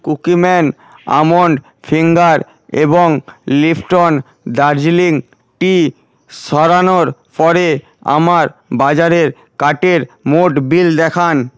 cookie man almond finger এবং Lipton Darjeeling tea সরানোর ফরে আমার বাজারের কার্টের মোট বিল দেখান